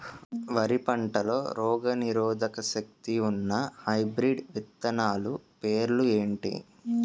వరి పంటలో రోగనిరోదక శక్తి ఉన్న హైబ్రిడ్ విత్తనాలు పేర్లు ఏంటి?